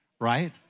right